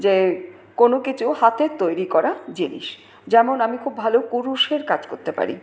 যে কোনো কিছু হাতের তৈরি করা জিনিস যেমন আমি খুব ভালো কুরুশের কাজ করতে পারি